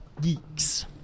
geeks